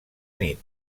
nit